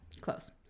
Close